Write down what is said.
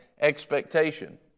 expectation